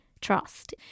trust